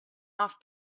off